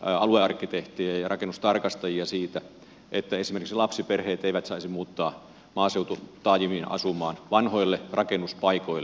aluearkkitehtejä ja rakennustarkastajia siinä että esimerkiksi lapsiperheet eivät saisi muuttaa maaseututaajamiin asumaan vanhoille rakennuspaikoille